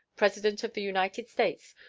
president of the united states,